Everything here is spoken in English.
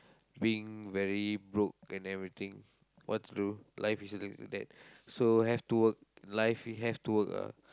being very broke and everything what to do life is like that so have to work life we have to work ah